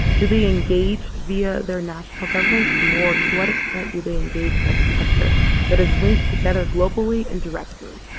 do they engage via their national governments? or to what extent do they engage as a sector that is linked together globally and directly?